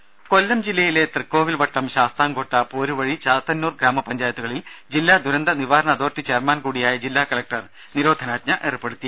രുമ കൊല്ലം ജില്ലയിലെ തൃക്കോവിൽവട്ടം ശാസ്താംകോട്ട പോരുവഴി ചാത്തന്നൂർ ഗ്രാമപഞ്ചായത്തുകളിൽ ജില്ലാ ദുരന്ത നിവാരണ അതോറിറ്റി ചെയർമാൻ കൂടിയായ ജില്ലാ കലക്ടർ ബി അബ്ദുൽ നാസർ നിരോധനാജ്ഞ ഏർപ്പെടുത്തി